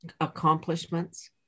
accomplishments